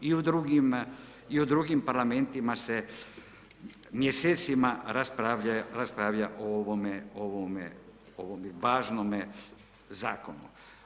I u drugim parlamentima se mjesecima raspravlja o ovome važnome zakonu.